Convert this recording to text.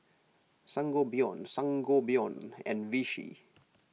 Sangobion Sangobion and Vichy